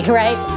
right